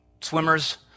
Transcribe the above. Swimmers